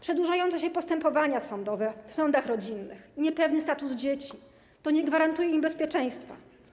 Przedłużające się postępowania sądowe w sądach rodzinnych, niepewny status dzieci nie gwarantują im bezpieczeństwa.